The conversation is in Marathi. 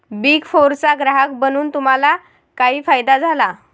बिग फोरचा ग्राहक बनून तुम्हाला काही फायदा झाला?